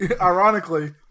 ironically